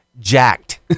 jacked